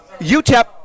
UTEP